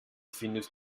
findest